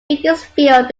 beaconsfield